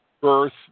birth